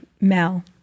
Mel